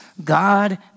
God